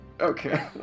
okay